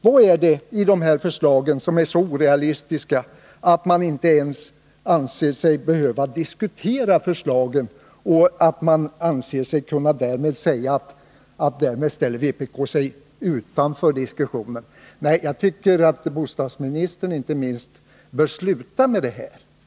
Vad är det i dessa förslag som är så orealistiskt, att man anser sig inte ens behöva diskutera förslagen och menar sig därmed kunna säga att vpk ställer sig utanför debatten? Jag tycker att inte minst bostadsministern bör sluta med detta sätt att argumentera.